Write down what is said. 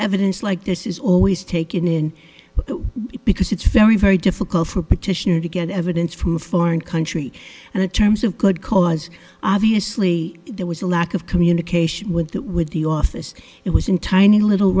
evidence like this is always taken in because it's very very difficult for petitioner to get evidence from a foreign country and the terms of could cause obviously there was a lack of communication with that with the office it was in tiny little